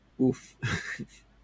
Oof